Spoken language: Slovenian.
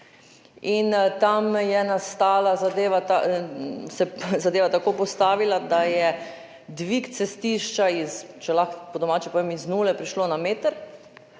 In tam se je zadeva tako postavila, da je dvig cestišča iz, če lahko po domače povem, nule prišel na meter,